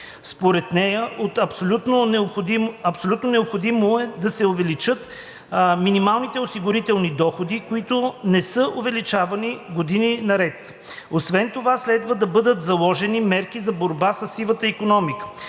Според нея е абсолютно необходимо да се увеличат минималните осигурителни доходи, които не са увеличавани години наред. Освен това следва да бъдат заложени мерки за борба със сивата икономика.